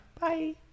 Bye